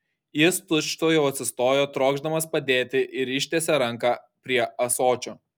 jis tučtuojau atsistojo trokšdamas padėti ir ištiesė ranką prie ąsočio